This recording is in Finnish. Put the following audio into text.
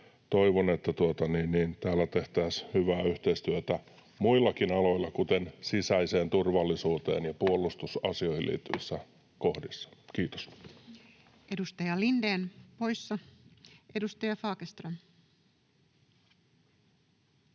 toivon, että täällä tehtäisiin hyvää yhteistyötä muillakin aloilla, kuten sisäiseen turvallisuuteen ja puolustusasioihin liittyvissä kohdissa. — Kiitos. Edustaja Lindén, poissa. — Edustaja Fagerström.